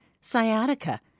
sciatica